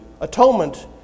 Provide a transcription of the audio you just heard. atonement